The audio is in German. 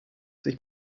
sich